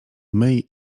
myj